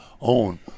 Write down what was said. own